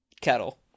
Kettle